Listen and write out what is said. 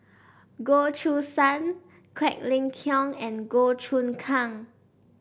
Goh Choo San Quek Ling Kiong and Goh Choon Kang